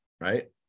right